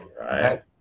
right